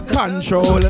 control